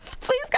Please